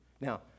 Now